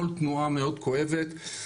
כל תנועה מאוד כואבת.